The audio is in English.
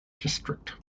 district